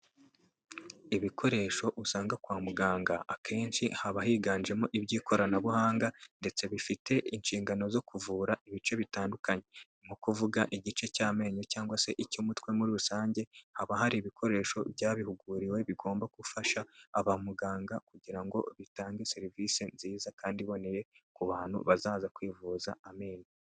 Ibikoresho usanga kwa muganga akenshi haba higanjemo iby'ikoranabuhanga ndetse bifite inshingano zo kuvura ibice bitandukanye, nko kuvuga igice cy'amenyo cyangwa se icy'umutwe muri rusange, haba hari ibikoresho byabihuguriwe bigomba gufasha aba muganga kugira ngo bitange serivise nziza kandi iboneye ku bantu bazaza kwivuza amenyo.